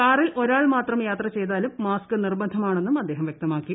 കാറിൽ ഒരാൾ മാത്രം യാത്ര ചെയ്താലും മാസ്ക് നിർബന്ധമാണെന്ന് അദ്ദേഹം വ്യക്തമാക്കി